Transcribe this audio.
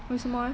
为什么 leh